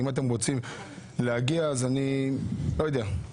אם אתם רוצים להגיע, לא יודע.